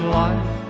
life